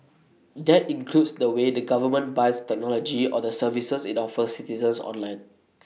that includes the way the government buys technology or the services IT offers citizens online